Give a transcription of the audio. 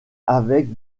avec